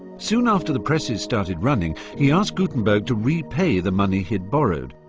soon after the presses started running, he asked gutenberg to repay the money he'd borrowed.